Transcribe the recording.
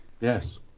Yes